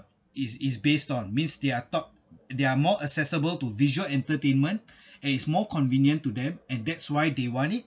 is is based on means they are taught they are more accessible to visual entertainment and it's more convenient to them and that's why they want it